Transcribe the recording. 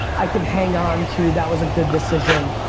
i can hang on to that was a good decision,